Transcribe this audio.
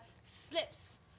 slips